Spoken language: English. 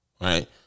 Right